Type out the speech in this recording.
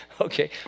Okay